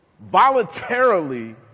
voluntarily